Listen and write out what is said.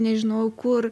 nežinojau kur